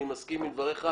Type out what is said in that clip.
אני מסכים עם דבריך,